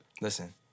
listen